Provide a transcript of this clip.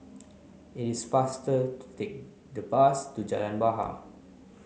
it is faster to take the bus to Jalan Bahar